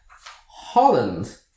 Holland